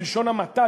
בלשון המעטה,